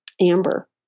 amber